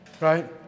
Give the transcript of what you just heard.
right